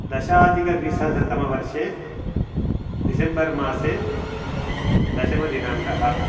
दशाधिकद्विसहस्रतमवर्षे December मासे दशमदिनाङ्कः